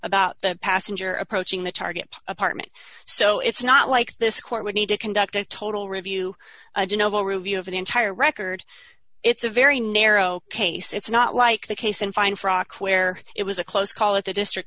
about the passenger approaching the target apartment so it's not like this court would need to conduct a total review you know review of the entire record it's a very narrow case it's not like the case in fine frock where it was a close call at the district